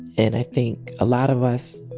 and i think a lot of us,